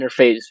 interface